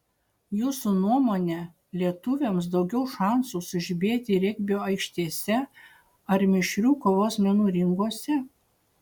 jūsų nuomone lietuviams daugiau šansų sužibėti regbio aikštėse ar mišrių kovos menų ringuose